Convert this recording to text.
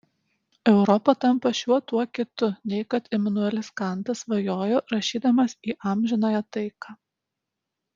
europa tampa šiuo tuo kitu nei kad imanuelis kantas svajojo rašydamas į amžinąją taiką